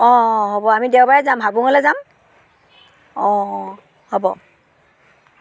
অঁ অঁ হ'ব আমি দেওবাৰে যাম হাবুঙলৈ যাম অঁ হ'ব